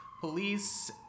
Police